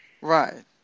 right